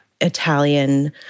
Italian